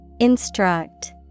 Instruct